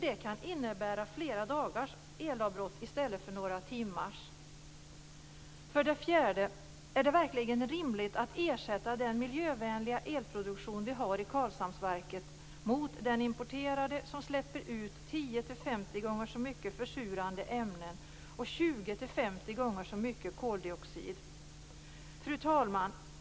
Det kan innebära några dagars elavbrott i stället för några timmars. För det fjärde: Är det verkligen rimligt att ersätta den miljövänliga elproduktion som vi har vid Karlshamnsverket med importerad som släpper ut 10-50 gånger så mycket försurande ämnen och 20-50 gånger så mycket koldioxid? Fru talman!